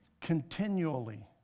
Continually